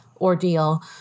ordeal